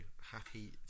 happy